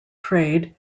trade